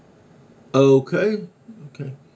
okay okay